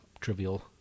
Trivial